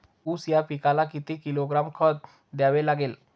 ऊस या पिकाला किती किलोग्रॅम खत द्यावे लागेल?